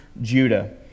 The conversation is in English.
Judah